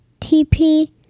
TP